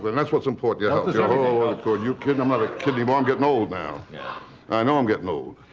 that's what's important your health. oh are you kiddin'. i'm not a kid anymore, i'm getting' old now. yeah and i know i'm gettin' old.